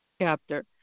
chapter